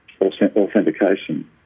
authentication